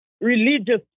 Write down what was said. religious